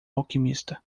alquimista